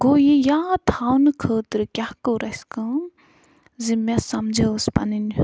گوٚو یہِ یاد تھاونہٕ خٲطرٕ کیٛاہ کوٚر اَسہِ کٲم زِ مےٚ سَمجٲوٕس پَنٛنٕۍ